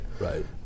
Right